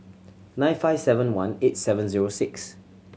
nine five seven one eight seven zero six